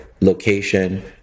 Location